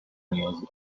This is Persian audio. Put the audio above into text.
نیاز